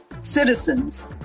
citizens